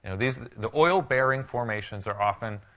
you know these the oil-bearing formations are often,